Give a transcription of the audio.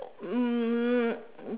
um